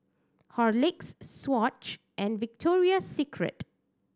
Horlicks Swatch and Victoria Secret